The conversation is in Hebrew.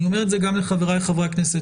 אני את אומר את זה גם לחבריי חברי הכנסת.